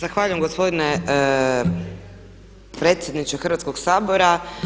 Zahvaljujem gospodine predsjedniče Hrvatskog sabora.